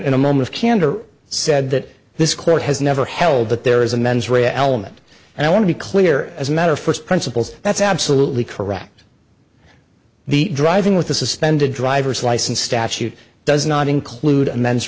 in a moment of candor said that this court has never held that there is a mens rea element and i want to be clear as a matter of first principles that's absolutely correct the driving with a suspended driver's license statute does not include men